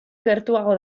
gertuago